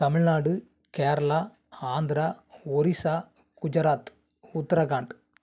Tamil Nadu Kerala Andhra Odisha Gujarat Uttarakhand